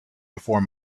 before